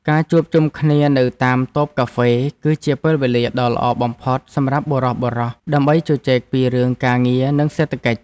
ការជួបជុំគ្នានៅតាមតូបកាហ្វេ គឺជាពេលវេលាដ៏ល្អបំផុតសម្រាប់បុរសៗដើម្បីជជែកពីរឿងការងារនិងសេដ្ឋកិច្ច។